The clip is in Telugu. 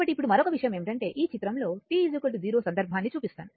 కాబట్టి ఇప్పుడు మరొక విషయం ఏమిటంటే ఈ చిత్రం లో t 0 సందర్భాన్ని చూపిస్తాను